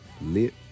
Lit